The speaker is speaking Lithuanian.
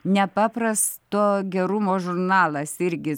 nepaprasto gerumo žurnalas tai irgi